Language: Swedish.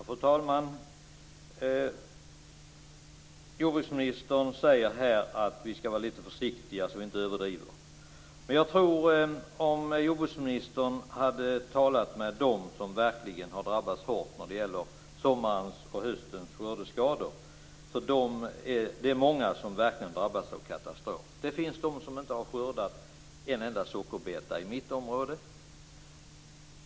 Fru talman! Jordbruksministern säger här att vi skall vara lite försiktiga så att vi inte överdriver. Men om jordbruksministern hade talat med dem som har drabbats svårt av sommarens och höstens skördeskador skulle hon veta att det är många som verkligen har drabbats av katastrof. Det finns de som inte har skördat en enda sockerbeta i mitt område.